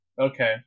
Okay